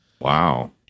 Wow